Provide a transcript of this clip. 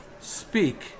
Speak